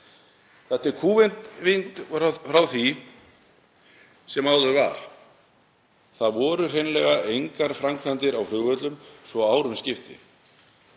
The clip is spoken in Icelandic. Þetta er kúvending frá því sem áður var. Það voru hreinlega engar framkvæmdir á flugvöllum svo árum skipti.